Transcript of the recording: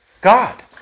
God